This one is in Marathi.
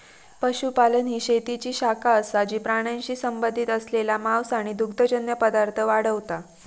पशुपालन ही शेतीची शाखा असा जी प्राण्यांशी संबंधित असलेला मांस आणि दुग्धजन्य पदार्थ वाढवता